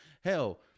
Hell